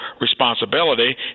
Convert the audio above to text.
responsibility